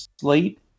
slate